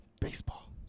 baseball